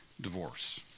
Divorce